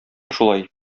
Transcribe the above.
шулай